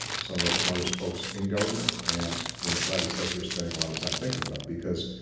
some of our smartest folks in government and in the private sector are spending a lot of time thinking about. because